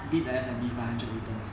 bid the S&P five hundred returns